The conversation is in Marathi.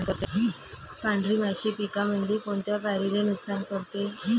पांढरी माशी पिकामंदी कोनत्या पायरीले नुकसान करते?